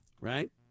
right